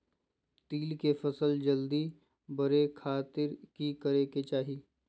तिल के फसल जल्दी बड़े खातिर की करे के चाही?